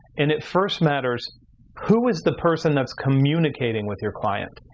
and it first matters who is the person that's communicating with your client?